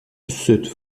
cette